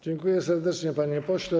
Dziękuję serdecznie, panie pośle.